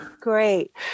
great